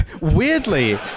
Weirdly